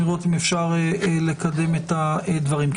לראות אם אפשר לקדם את הדברים.